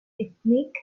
ethnic